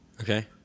Okay